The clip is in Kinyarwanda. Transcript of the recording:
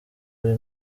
ari